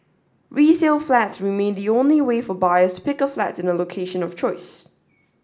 resale flats remain the only way for buyers to pick a flat in a location of choice